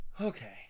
Okay